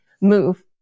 move